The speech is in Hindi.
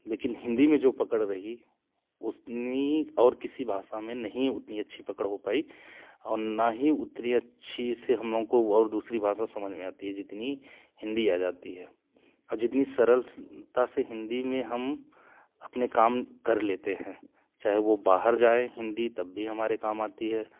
लेकिन हिंदी में जो पकड़ रही उतनी और किसी भाषा में नहीं उतनी अच्छी पकड़ हो पाई और ना ही उतनी अच्छी से हम लोगों को और दूसरी भाषा समझ में आती है जितनी हिंदी आ जाती है और जितनी सरलता से हिंदी में हम अपने काम कर लेते हैं चाहे वो बाहर जाए हिंदी तब भी हमारे काम आती है